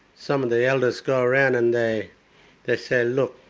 some of the elders go around and they they say look,